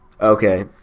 Okay